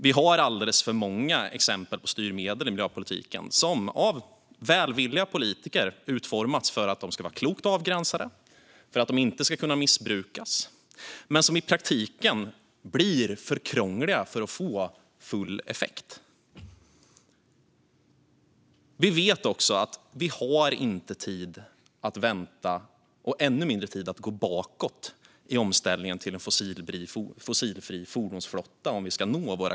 Vi har alldeles för många exempel på styrmedel i miljöpolitiken som av välvilliga politiker utformats för att de ska vara klokt avgränsade och inte kunna missbrukas, men som i praktiken blir för krångliga för att få full effekt. Vi vet också att vi inte har tid att vänta om vi ska nå våra klimatmål och att vi har ännu mindre tid att gå bakåt i omställningen till en fossilfri fordonsflotta.